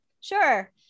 sure